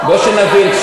בואו נבין,